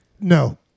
No